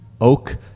oak